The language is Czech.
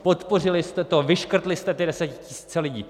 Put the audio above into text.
Podpořili jste to, vyškrtli jste ty desetitisíce lidí!